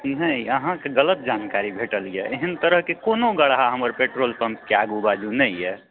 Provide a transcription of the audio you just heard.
नहि अहाँकेँ गलत जानकारी भेटल यऽ एहन तरहकेँ कोनो गढ़हा हमर पेट्रोल पम्पके आगू बाजू नहि यऽ